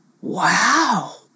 Wow